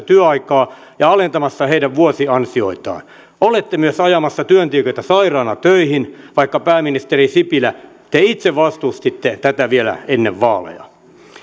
työaikaa ja alentamassa heidän vuosiansioitaan olette myös ajamassa työntekijöitä sairaina töihin vaikka pääministeri sipilä te itse vastustitte tätä vielä ennen vaaleja